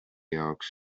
jaoks